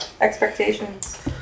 expectations